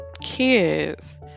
kids